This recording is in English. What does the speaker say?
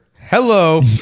Hello